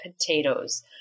potatoes